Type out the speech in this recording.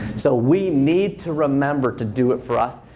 so we need to remember to do it for us.